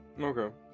Okay